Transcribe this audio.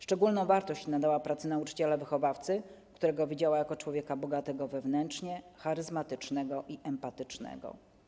Szczególną wartość nadała pracy nauczyciela-wychowawcy, którego widziała jako człowieka bogatego wewnętrznie, charyzmatycznego i empatycznego.